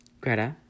Greta